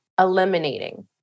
eliminating